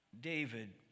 David